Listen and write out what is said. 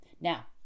Now